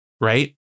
right